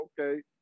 Okay